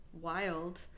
Wild